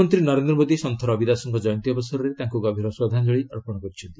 ପ୍ରଧାନମନ୍ତ୍ରୀ ନରେନ୍ଦ୍ର ମୋଦୀ ସନ୍ଥ ରବି ଦାସଙ୍କ ଜୟନ୍ତୀ ଅବସରରେ ତାଙ୍କୁ ଗଭୀର ଶ୍ରଦ୍ଧାଞ୍ଚଳି ଅର୍ପଣ କରିଛନ୍ତି